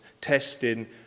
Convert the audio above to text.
testing